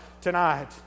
tonight